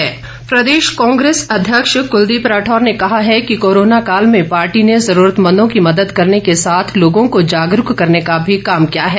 कांग्रेस प्रदेश कांग्रेस अध्यक्ष कुलदीप राठौर ने कहा है कि कोरोना काल में पार्टी ने जरूरतमंदों की मदद करने के साथ लोगों को जागरूक करने का भी काम किया है